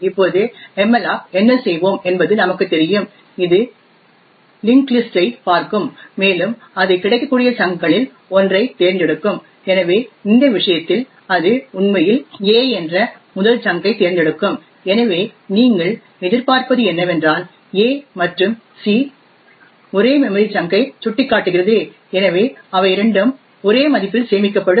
இப்போது மல்லோக் என்ன செய்வோம் என்பது நமக்கு தெரியும் அது லிஙஂகஂ லிஸஂடஂ ஐ பார்க்கும் மேலும் அது கிடைக்கக்கூடிய சங்க்களில் ஒன்றைத் தேர்ந்தெடுக்கும் எனவே இந்த விஷயத்தில் அது உண்மையில் a என்ற முதல் சங்க் ஐ தேர்ந்தெடுக்கும் எனவே நீங்கள் எதிர்பார்ப்பது என்னவென்றால் a மற்றும் c ஒரே மெமரி சங்க் ஐ சுட்டிக்காட்டுகிறது எனவே அவை இரண்டும் ஒரே மதிப்பில் சேமிக்கப்படும்